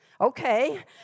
Okay